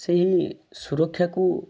ସେହି ସୁରକ୍ଷାକୁ